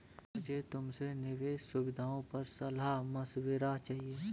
मुझे तुमसे निवेश सुविधाओं पर सलाह मशविरा चाहिए